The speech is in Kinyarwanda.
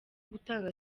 gutanga